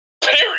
Period